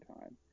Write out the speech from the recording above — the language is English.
time